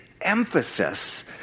emphasis